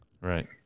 Right